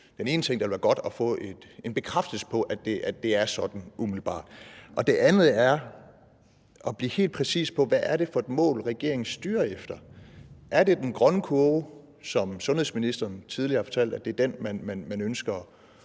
den ene ting, det vil være godt at få en bekræftelse på, altså på, at det umiddelbart er sådan. Det andet vedrører at blive helt præcis på, hvad det er for et mål, regeringen styrer efter. Er det den grønne kurve, som sundhedsministeren tidligere har fortalt er den, man ønsker at